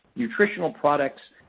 nutritional products.